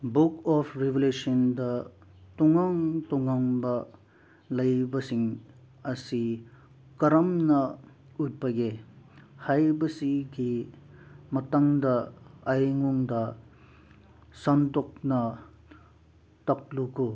book of ꯔꯤꯕꯤꯂꯦꯁꯟꯗ ꯇꯣꯉꯥꯟ ꯇꯣꯉꯥꯟꯕ ꯂꯩꯕꯥꯛꯁꯤꯡ ꯑꯁꯤ ꯀꯔꯝꯅ ꯎꯠꯄꯒꯦ ꯍꯥꯏꯕꯁꯤꯒꯤ ꯃꯇꯥꯡꯗ ꯑꯩꯉꯣꯟꯗ ꯁꯟꯗꯣꯛꯅ ꯇꯥꯛꯂꯛꯎ